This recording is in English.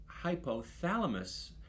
hypothalamus